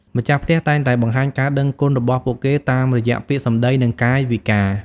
ម្ចាស់ផ្ទះតែងតែបង្ហាញការដឹងគុណរបស់ពួកគេតាមរយៈពាក្យសម្តីនិងកាយវិការ។